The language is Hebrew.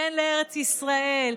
כן לארץ ישראל,